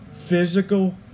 physical